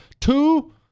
Two